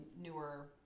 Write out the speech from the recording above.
newer